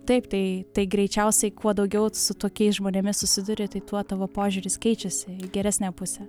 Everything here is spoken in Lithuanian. taip tai tai greičiausiai kuo daugiau su tokiais žmonėmis susiduri tai tuo tavo požiūris keičiasi į geresnę pusę